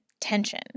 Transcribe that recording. tension